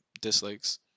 dislikes